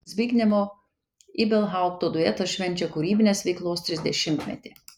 zbignevo ibelhaupto duetas švenčia kūrybinės veiklos trisdešimtmetį